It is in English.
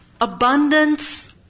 abundance